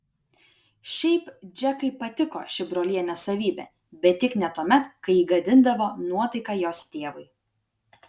šiaip džekai patiko ši brolienės savybė bet tik ne tuomet kai ji gadindavo nuotaiką jos tėvui